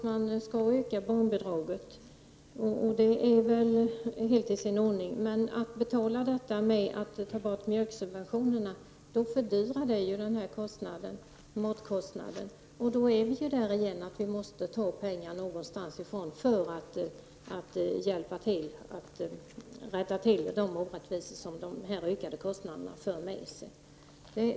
En ökning av barnbidragen är helt i sin ordning, men om man finansierar den med ett borttagande av mjölksubventionerna, fördyras maten, och då är vi tillbaka vid att vi någonstans måste ta pengarna för att rätta till de ökade orättvisor som detta för med sig.